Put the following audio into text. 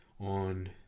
on